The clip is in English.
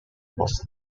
was